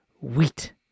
wheat